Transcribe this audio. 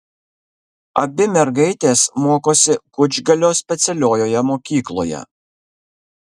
abi mergaitės mokosi kučgalio specialiojoje mokykloje